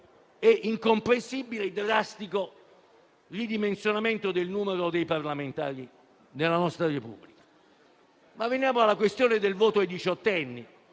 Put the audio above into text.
e incomprensibilmente drastico ridimensionamento del numero dei parlamentari della nostra Repubblica. Ma veniamo alla questione del voto ai diciottenni.